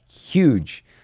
huge